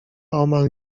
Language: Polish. omal